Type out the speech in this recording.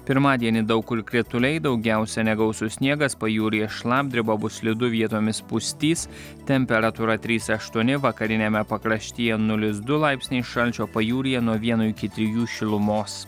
pirmadienį daug kur krituliai daugiausia negausus sniegas pajūryje šlapdriba bus slidu vietomis pustys temperatūra trys aštuoni vakariniame pakraštyje nulis du laipsniai šalčio pajūryje nuo vieno iki trijų šilumos